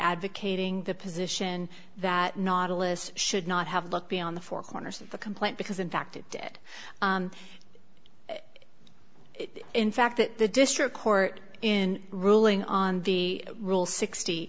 advocating the position that nautilus should not have looked beyond the four corners of the complaint because in fact it did in fact that the district court in ruling on the rule sixty